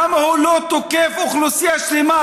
למה הוא לא תוקף אוכלוסייה שלמה,